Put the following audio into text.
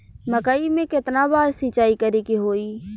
मकई में केतना बार सिंचाई करे के होई?